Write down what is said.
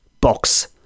box